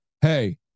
hey